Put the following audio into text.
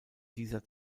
dieser